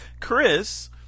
Chris